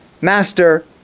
Master